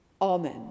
Amen